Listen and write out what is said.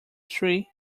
tree